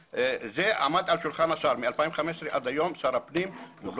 זה עמד על שולחן שר הפנים מ-2015 עד היום,